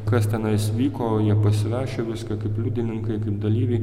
kas tenais vyko jie pasirašė viską kaip liudininkai kaip dalyviai